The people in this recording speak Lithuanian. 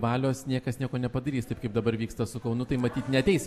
valios niekas nieko nepadarys taip kaip dabar vyksta su kaunu tai matyt neateis